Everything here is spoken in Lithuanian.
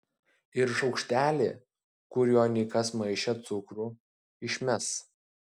ir šaukštelį kuriuo nikas maišė cukrų išmes